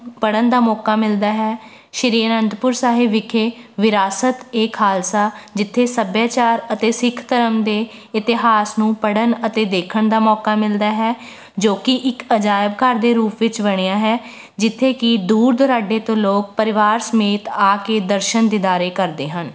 ਪੜ੍ਹਨ ਦਾ ਮੌਕਾ ਮਿਲਦਾ ਹੈ ਸ਼੍ਰੀ ਅਨੰਦਪੁਰ ਸਾਹਿਬ ਵਿਖੇ ਵਿਰਾਸਤ ਏ ਖਾਲਸਾ ਜਿੱਥੇ ਸੱਭਿਆਚਾਰ ਅਤੇ ਸਿੱਖ ਧਰਮ ਦੇ ਇਤਿਹਾਸ ਨੂੰ ਪੜ੍ਹਨ ਅਤੇ ਦੇਖਣ ਦਾ ਮੌਕਾ ਮਿਲਦਾ ਹੈ ਜੋ ਕਿ ਇੱਕ ਅਜਾਇਬ ਘਰ ਦੇ ਰੂਪ ਵਿੱਚ ਬਣਿਆ ਹੈ ਜਿੱਥੇ ਕਿ ਦੂਰ ਦੁਰਾਡੇ ਤੋਂ ਲੋਕ ਪਰਿਵਾਰ ਸਮੇਤ ਆ ਕੇ ਦਰਸ਼ਨ ਦੀਦਾਰੇ ਕਰਦੇ ਹਨ